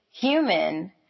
human